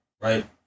right